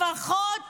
לפחות